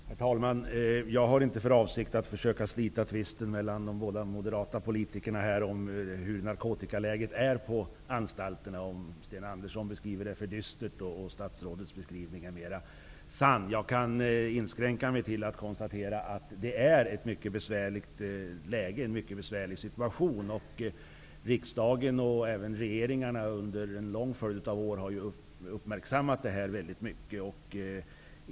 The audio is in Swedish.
Herr talman! Jag har inte för avsikt att försöka slita tvisten mellan de båda moderata politikerna om hur narkotikaläget är på våra anstalter -- om Sten Anderssons beskrivning är för dyster eller om statsrådets beskrivning är mera sann. Jag kan inskränka mig till att konstatera att situationen är mycket besvärlig. Riksdagen och även regeringarna under en lång följd av år har uppmärksammat problemet.